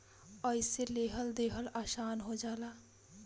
अइसे लेहल देहल आसन हो जाला